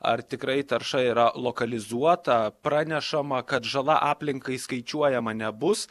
ar tikrai tarša yra lokalizuota pranešama kad žala aplinkai skaičiuojama nebus